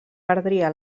perdria